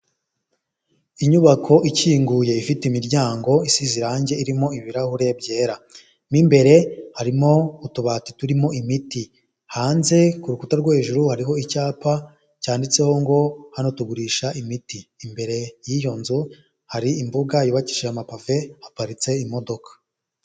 Inyubako ikinguye ifite imiryango isize irange irimo ibirahure byera, mu imbere harimo utubati turimo imiti, hanze ku rukuta rwo hejuru hariho icyapa cyanditseho ngo hano tugurisha imiti, imbere y'iyo nzu hari imbuga yubakishije amapave haparitse imodoka.